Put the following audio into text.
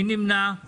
מי נמנע?